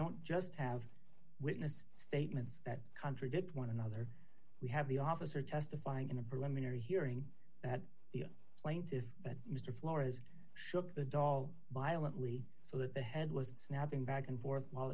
don't just have witness statements that contradict one another we have the officer testifying in a preliminary hearing that the plaintiff that mr flores shook the dall bilingually so that the head was snapping back and forth while